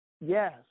yes